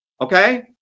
okay